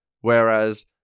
whereas